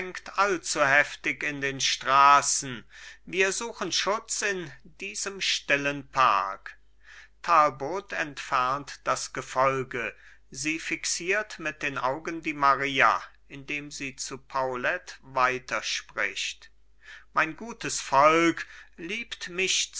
allzuheftig in den straßen wir suchen schutz in diesem stillen park talbot entfernt das gefolge sie fixiert mit den augen die maria indem sie zu paulet weiterspricht mein gutes volk liebt mich